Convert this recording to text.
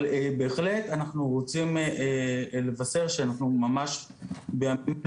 אבל בהחלט אנחנו רוצים לבשר שאנחנו ממש בימים אלה